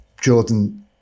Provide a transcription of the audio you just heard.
Jordan